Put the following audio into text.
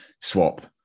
swap